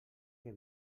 que